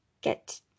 get